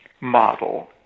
model